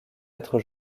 être